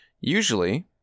Usually